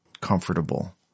comfortable